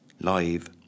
live